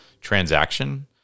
transaction